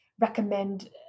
recommend